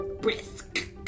brisk